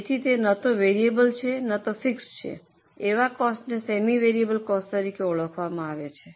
તેથી તે ન તો વેરિયેબલ છે અને ન તો ફિક્સડ એવા કોસ્ટને સેમી વેરિયેબલ કોસ્ટ તરીકે ઓળખવામાં આવે છે